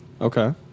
Okay